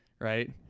right